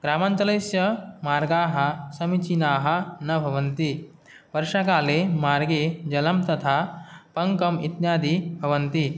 ग्रामाञ्चलस्य मार्गाः समीचीनाः न भवन्ति वर्षाकाले मार्गे जलं तथा पङ्कम् इत्यादि भवन्ति